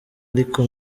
ariko